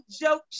joke